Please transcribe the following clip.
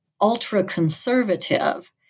ultra-conservative